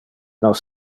nos